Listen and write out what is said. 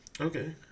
Okay